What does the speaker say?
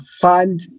fund